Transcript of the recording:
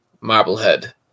Marblehead